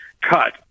cut